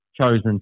chosen